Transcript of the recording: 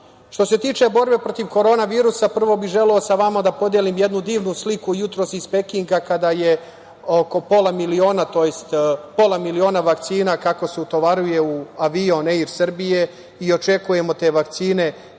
se tiče borbe protiv korona virusa, prvo bih želeo sa vama da podelim jednu divnu sliku jutros iz Pekinga, kada je oko pola miliona vakcina, kako se utovaruje u avion „Er Srbije“ i očekujemo te vakcine